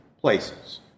places